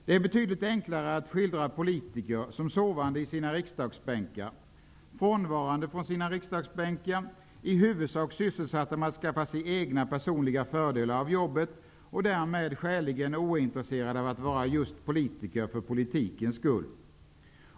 Det är betydligt enklare att skildra politiker som sovande i sina riksdagsbänkar, frånvarande från sina riksdagsbänkar, i huvudsak sysselsatta med att skaffa sig egna personliga fördelar av jobbet och därmed skäligen ointresserade av att vara just politiker för politikens skull.